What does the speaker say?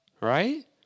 Right